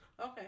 Okay